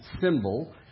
symbol